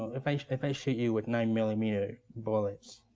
if i if i you with nine-millimeter bullets,